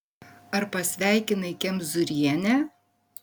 ar pasveikinai kemzūrienę